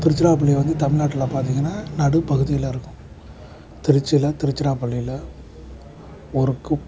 திருச்சிராப்பள்ளி வந்து தமிழ் நாட்டில் பார்த்தீங்கனா நடுப்பகுதியில் இருக்கும் திருச்சியில் திருச்சிராப்பள்ளியில் ஒரு குக்